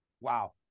Wow